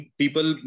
people